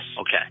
Okay